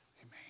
Amen